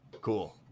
Cool